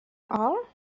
are